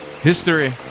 history